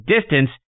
DISTANCE